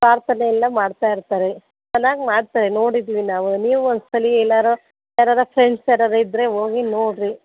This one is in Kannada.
ಪ್ರಾರ್ಥನೆ ಎಲ್ಲ ಮಾಡ್ತಾಯಿರ್ತಾರೆ ಚೆನ್ನಾಗಿ ಮಾಡ್ತಾರೆ ನೋಡಿದ್ದೀವಿ ನಾವು ನೀವು ಒಂದುಸಲಿ ಎಲ್ಲಾದ್ರು ಯಾರರ ಫ್ರೆಂಡ್ಸ್ ಯಾರರ ಇದ್ದರೆ ಹೋಗಿ ನೋಡಿರಿ